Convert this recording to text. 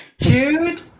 Jude